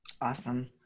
awesome